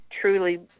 truly